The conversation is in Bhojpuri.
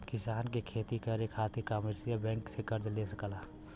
किसान खेती करे खातिर कमर्शियल बैंक से कर्ज ले सकला